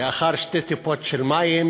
לאחר שתי טיפות של מים,